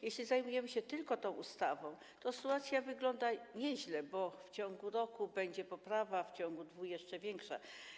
Jeśli zajmujemy się tylko tą ustawą, to sytuacja wygląda nieźle, bo w ciągu roku będzie poprawa, w ciągu dwóch lat jeszcze większa.